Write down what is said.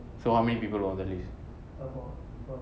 so how many people are on the list